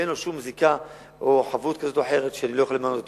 ואין לו שום זיקה או חבות כזאת או אחרת שבגללה אני לא יכול למנות אותו.